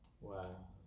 Wow